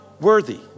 worthy